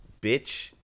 bitch